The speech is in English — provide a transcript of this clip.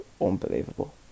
Unbelievable